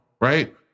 right